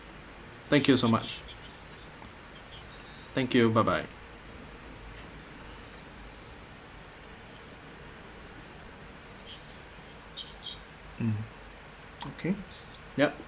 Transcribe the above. thank you so much thank you bye bye mm okay yup